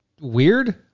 weird